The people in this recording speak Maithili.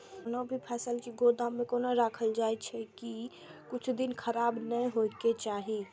कोनो भी फसल के गोदाम में कोना राखल जाय की कुछ दिन खराब ने होय के चाही?